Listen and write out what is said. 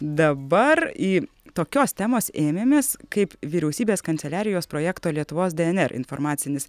dabar į tokios temos ėmėmės kaip vyriausybės kanceliarijos projekto lietuvos dnr informacinis